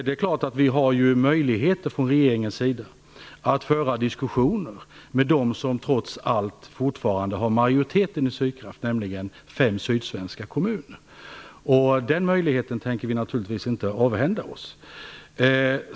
Det är klart att regeringen har möjligheter att föra diskussioner med dem som trots allt fortfarande har majoriteten i Sydkraft, nämligen fem sydsvenska kommuner. Den möjligheten tänker vi naturligtvis inte avhända oss.